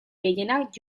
gehienak